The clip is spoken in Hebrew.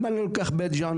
אם אני לוקח את בית ג'ן,